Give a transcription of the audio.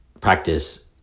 practice